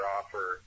offer